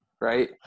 right